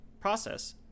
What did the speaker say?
process